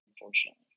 unfortunately